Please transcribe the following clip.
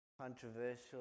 controversial